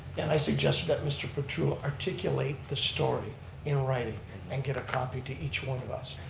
and i suggested that mr. petrullo articulate the story in writing and get a copy to each one of us.